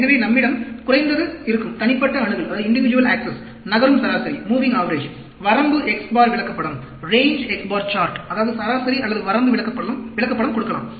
எனவே நம்மிடம் குறைந்தது இருக்கும் தனிப்பட்ட அணுகல் நகரும் சராசரி வரம்பு x பார் விளக்கப்படம் அதாவது சராசரி அல்லது வரம்பு விளக்கப்படம் கொடுக்கலாம்